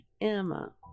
Emma